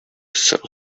self